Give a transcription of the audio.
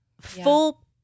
full